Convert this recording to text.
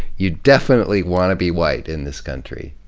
you definitely want to be white in this country.